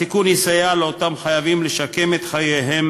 התיקון יסייע לאותם חייבים לשקם את חייהם